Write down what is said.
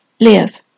live